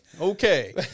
Okay